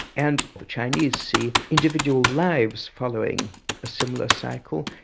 and the chinese see individual lives following a similar cycle,